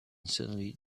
suddenly